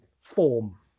form